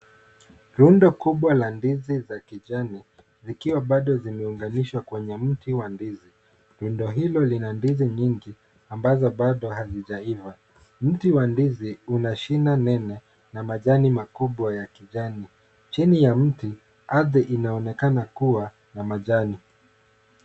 Rundo kubwa la ndizi la kijani zikiwa bado zimeunganishwa kwenye mti wa ndizi. Rundo hilo lina ndizi nyingi ambazo bado hazijaiva. Mti wa ndizi una shina nene na majani makubwa ya kijani. Chini ya mti, ardhi inaonekana kuwa ya majani.